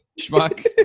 schmuck